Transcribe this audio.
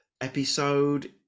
episode